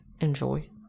Enjoy